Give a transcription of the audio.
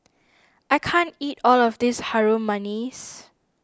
I can't eat all of this Harum Manis